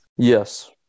Yes